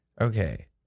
Okay